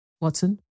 Watson